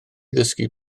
ddysgu